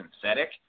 synthetic